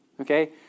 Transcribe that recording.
Okay